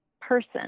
person